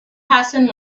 passing